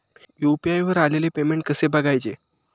UPI वर आलेले payment कसे बघायचे?